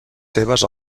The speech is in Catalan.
seves